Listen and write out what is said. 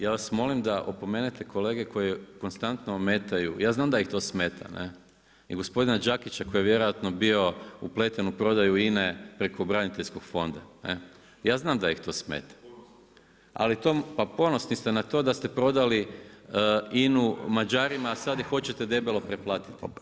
Ja vas molim da opomenete kolege koje konstantno ometaju, ja znam da ih to smeta, ne, i gospodina Đakića koji je vjerojatno bio upleten u prodaju INA-e preko Braniteljskog fonda, ne, ja znam da ih to smeta. … [[Upadica se ne razumije.]] pa ponosni ste na to da ste prodali INA-u Mađarima i sada ih hoćete debelo preplatiti.